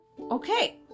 Okay